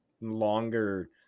longer